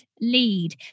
lead